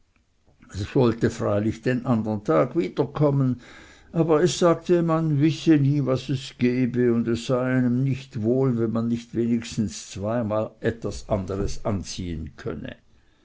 wollte freilich den andern tag wiederkommen aber es sagte man wisse nie was es gebe und es sei einem nicht wohl wenn man sich nicht wenigstens zweimal anders anziehen könne